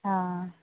ആ